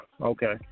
Okay